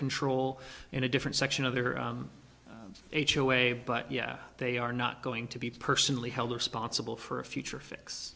control in a different section of the h away but yeah they are not going to be personally held responsible for a future fix